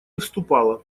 вступала